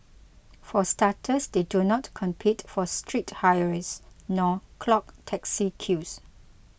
for starters they do not compete for street hires nor clog taxi queues